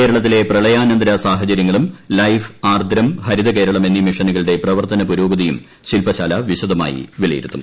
കേരളത്തിലെ പ്രളയാനന്തര സാഹചരൃങ്ങളൂം ലൈഫ് ആർദ്രം ഹരിത കേരളം എന്നീ മിഷനുകളുടെ പ്രവർത്തന പുരോഗതിയും ശിൽപശാല വിശദമായി വിലയിരുത്തും